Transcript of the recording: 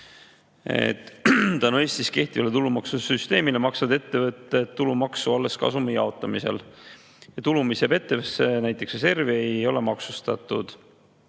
Tänu Eestis kehtivale tulumaksusüsteemile maksavad ettevõtted tulumaksu alles kasumi jaotamisel. Tulu, mis jääb ettevõttesse, näiteks reservi, ei ole maksustatud.